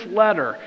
letter